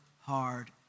hard